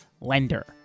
Lender